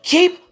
Keep